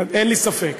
אין לי ספק.